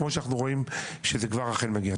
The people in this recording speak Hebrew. כמו שאנחנו רואים שזה כבר אכן מגיע.